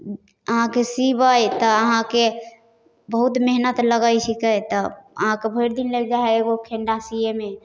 अहाँके सिबै तऽ अहाँके बहुत मेहनति लगै छिकै तऽ अहाँके भरिदिन लागि जाइ हइ एगो खेण्डा सिएमे